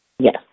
Yes